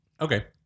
Okay